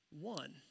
One